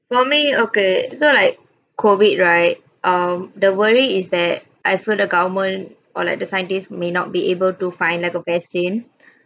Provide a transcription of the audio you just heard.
for me okay so like COVID right um the worry is that I feel the government or like the scientist may not be able to find like a vaccine